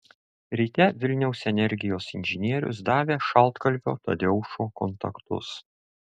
ryte vilniaus energijos inžinierius davė šaltkalvio tadeušo kontaktus